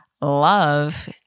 love